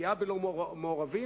פגיעה בלא-מעורבים,